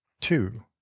Two